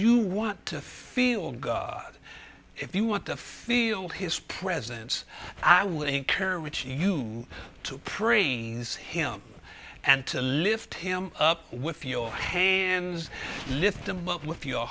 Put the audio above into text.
you want to feel good if you want to feel his presence i would encourage you to pre him and to lift him up with your hands lift them up with your